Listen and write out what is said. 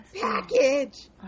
Package